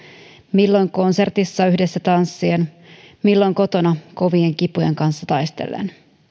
milloin konsertissa yhdessä tanssien milloin kotona kovien kipujen kanssa taistellen